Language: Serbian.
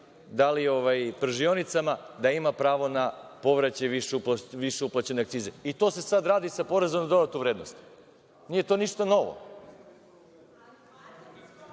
da li pržionicima da ima pravo na povraćaj više uplaćene akcize. To se sada radi i sa porezom na dodatnu vrednost. Nije to ništa